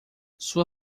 sua